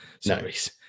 series